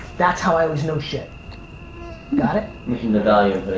that's how i was no shit got it the value